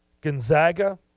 Gonzaga